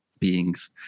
beings